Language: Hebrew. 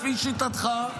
לפי שיטתך,